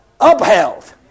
upheld